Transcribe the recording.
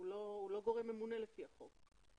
הוא לא גורם ממונה לפי החוק.